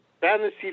Fantasy